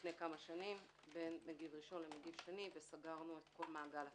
לפני כמה שנים בין מגיב ראשון לשני וסגרנו את כל מעגל הטיפול.